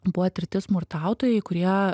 buvo tirti smurtautojai kurie